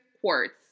quartz